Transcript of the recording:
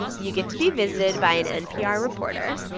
you get to be visited by an npr reporter.